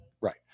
Right